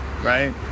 right